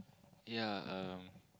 yea um